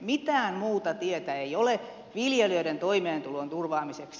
mitään muuta tietä ei ole viljelijöiden toimeentulon turvaamiseksi